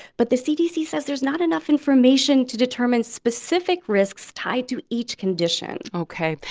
but the cdc says there's not enough information to determine specific risks tied to each condition ok.